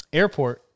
airport